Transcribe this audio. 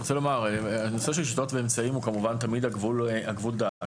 הנושא של שיטות ואמצעים, כמובן תמיד הגבול דק